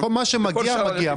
כל מה שמגיע, מגיע.